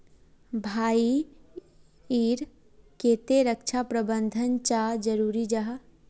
भाई ईर केते रक्षा प्रबंधन चाँ जरूरी जाहा?